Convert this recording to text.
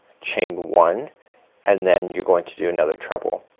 chain one and then you're going to do another treble.